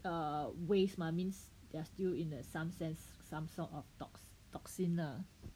err waste mah means they are still in a some sense some sort of tox~ toxins ah